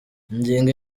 ingingo